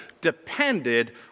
depended